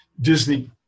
Disney